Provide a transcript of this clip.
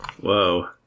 Whoa